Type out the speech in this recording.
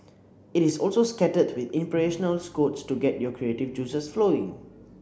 it is also scattered with quotes to get your creative juices flowing